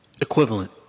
Equivalent